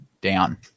down